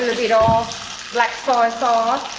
you know black soy sauce.